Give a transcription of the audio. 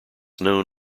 known